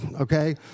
okay